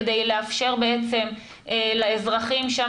כדי לאפשר לאזרחים שם,